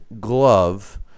glove